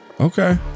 Okay